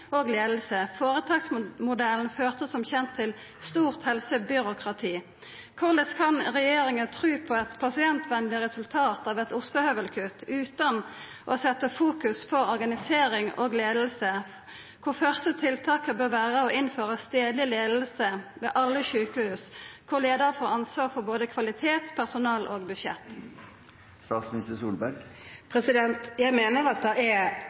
og leiing. Føretaksmodellen førte som kjent til stort helsebyråkrati. Korleis kan regjeringa tru på eit pasientvenleg resultat av eit ostehøvelkutt utan å fokusera på organisering og leiing, der det første tiltaket bør vera å innføra stadleg leiing ved alle sjukehus, og der leiaren får ansvar for både kvalitet, personal og budsjett? Jeg mener at det er,